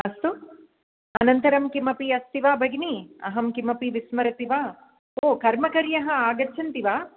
अस्तु अनन्तरं किमपि अस्ति वा भगिनी अहं किमपि विस्मरति वा ओ कर्मकर्यः आगच्छन्ति वा